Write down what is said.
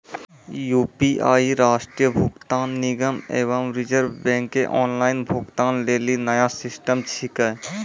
UPI राष्ट्रीय भुगतान निगम एवं रिज़र्व बैंक के ऑनलाइन भुगतान लेली नया सिस्टम छिकै